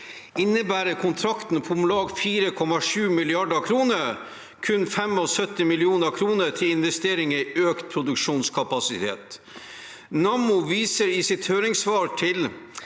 innebærer kontrakten på om lag 4,7 mrd. kr kun 75 mill. kr til investeringer i økt produksjonskapasitet. Nammo AS viser i sitt høringssvar til